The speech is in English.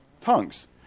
tongues